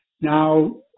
now